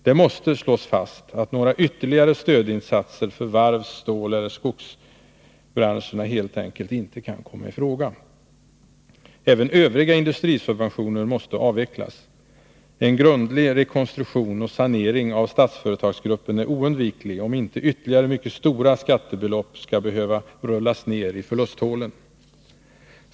Det måste slås fast att några ytterligare stödinsatser för varvs-, ståleller skogsbranscherna helt enkelt inte kan komma i fråga. Även Övriga industrisubventioner måste avvecklas. En grundlig rekon struktion och sanering av Statsföretagsgruppen är oundviklig om inte ytterligare mycket stora skattebelopp skall behöva rullas ner i förlusthålen.